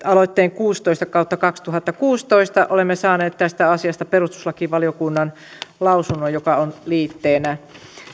kuusitoista kautta kaksituhattakuusitoista vp olemme saaneet tästä asiasta perustuslakivaliokunnan lausunnon joka on liitteenä